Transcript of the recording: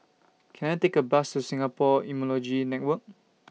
Can I Take A Bus to Singapore Immunology Network